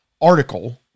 article